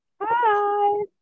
Hi